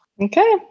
Okay